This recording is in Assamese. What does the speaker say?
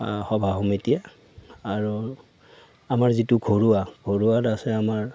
সভা সমিতিয়ে আৰু আমাৰ যিটো ঘৰুৱা ঘৰুৱাত আছে আমাৰ